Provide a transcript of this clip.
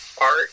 art